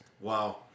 Wow